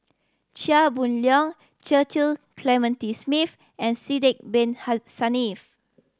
Chia Boon Leong Cecil Clementi Smith and Sidek Bin Saniff